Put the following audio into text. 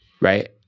right